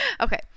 Okay